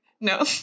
no